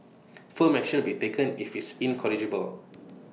firm action will be taken if he is incorrigible